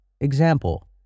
Example